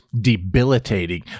debilitating